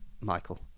Michael